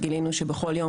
גילינו שבכל יום,